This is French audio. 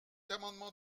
amendement